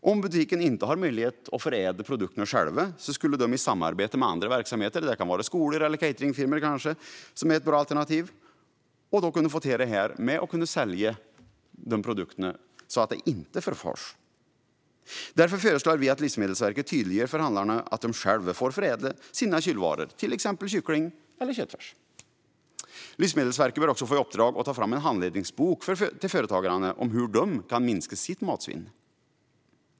Om man i butiken inte har möjlighet att förädla produkterna själv skulle man kunna samarbeta med andra verksamheter, kanske skolor eller cateringfirmor. Det är ett bra alternativ. På så sätt skulle man kunna sälja dessa produkter i stället för att de förfars. Därför föreslår vi att Livsmedelsverket tydliggör för handlarna att de själva får förädla sina kylvaror, till exempel kyckling eller köttfärs. Livsmedelsverket bör också få i uppdrag att ta fram en handledningsbok till företagarna om hur de kan minska sitt matsvinn.